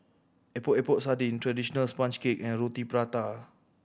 Epok Epok Sardin traditional sponge cake and Roti Prata